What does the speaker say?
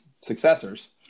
successors